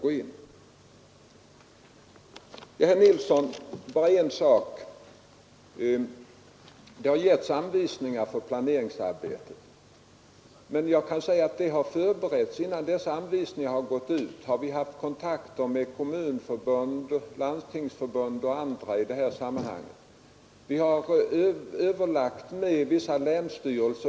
Det har, herr Nilsson i Tvärålund, utfärdats anvisningar för planeringsarbetet. Innan dessa anvisningar gick ut hade vi kontakter med Kommunförbundet, Landstingsförbundet och andra organisationer. Vi har överlagt med vissa länsstyrelser.